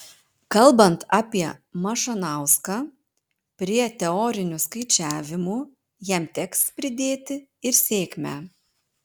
kalbant apie mašanauską prie teorinių skaičiavimų jam teks pridėti ir sėkmę